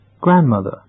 Grandmother